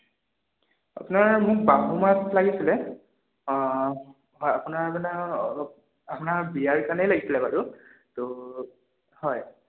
আপোনাৰ মোক বাহু মাছ লাগিছিলে অঁ হয় আপোনাৰ মানে অলপ আপোনাৰ বিয়াৰ কাৰণেই লাগিছিলে বাৰু ত' হয়